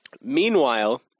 Meanwhile